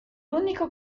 único